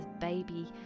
baby